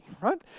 right